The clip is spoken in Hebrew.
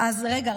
אז רגע,